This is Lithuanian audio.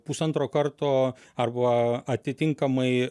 pusantro karto arba atitinkamai